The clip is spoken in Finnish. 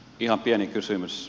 ihan pieni kysymys